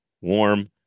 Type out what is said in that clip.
warm